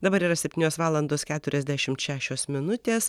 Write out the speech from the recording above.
dabar yra septynios valandos keturiasdešimt šešios minutės